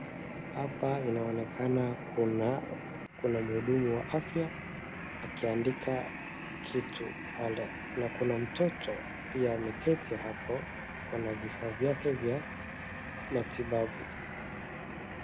Hapa inaonekana kuna, kuna mhudumu wa afya akiandika kitu pale, na kuna mtoto pia ameketi hapo ako na vifaa vyake vya matibabu.